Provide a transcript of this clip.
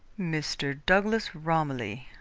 mr. douglas romilly,